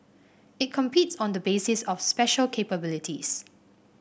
it competes on the basis of special capabilities